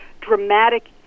dramatic